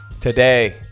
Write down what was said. today